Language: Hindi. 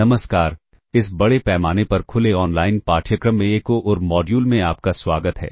नमस्कार इस बड़े पैमाने पर खुले ऑनलाइन पाठ्यक्रम में एक और मॉड्यूल में आपका स्वागत है